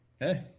Hey